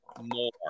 more